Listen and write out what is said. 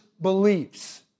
beliefs